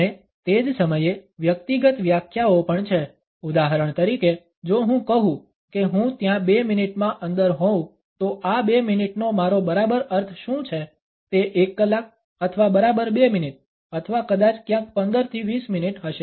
અને તે જ સમયે વ્યક્તિગત વ્યાખ્યાઓ પણ છે ઉદાહરણ તરીકે જો હું કહું કે હું ત્યાં 2 મિનિટમાં અંદર હોઉં તો આ 2 મિનિટનો મારો બરાબર અર્થ શું છે તે 1 કલાક અથવા બરાબર 2 મિનિટ અથવા કદાચ ક્યાંક 15 થી 20 મિનિટ હશે